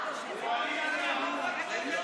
אתה רוצה שבדקה ה-90 נוציא אותך החוצה?